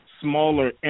smaller